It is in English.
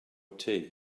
tea